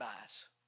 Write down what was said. bias